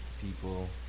people